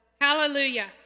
Hallelujah